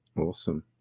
Awesome